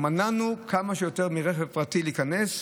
או מנענו כמה שיותר מרכב פרטי להיכנס,